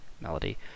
melody